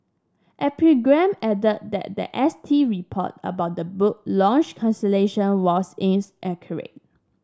epigram added that the S T report about the book launch cancellation was